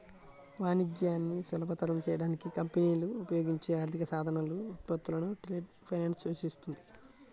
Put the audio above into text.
వాణిజ్యాన్ని సులభతరం చేయడానికి కంపెనీలు ఉపయోగించే ఆర్థిక సాధనాలు, ఉత్పత్తులను ట్రేడ్ ఫైనాన్స్ సూచిస్తుంది